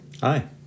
Hi